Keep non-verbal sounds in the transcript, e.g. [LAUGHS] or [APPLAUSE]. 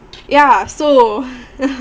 ya so [LAUGHS]